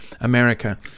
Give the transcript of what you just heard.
America